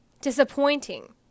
disappointing